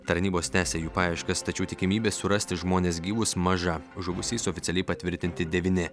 tarnybos tęsia jų paieškas tačiau tikimybė surasti žmones gyvus maža žuvusiais oficialiai patvirtinti devyni